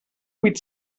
vuit